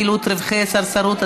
חילוט רווחי סרסרות),